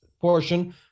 portion